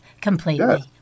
completely